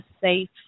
safe